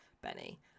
benny